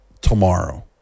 tomorrow